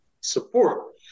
support